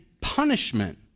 punishment